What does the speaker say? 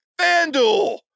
FanDuel